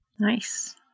nice